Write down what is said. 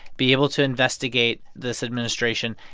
be able to investigate this administration.